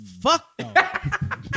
Fuck